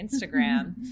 Instagram